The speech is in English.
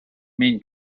main